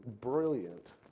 brilliant